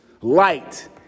light